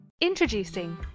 Introducing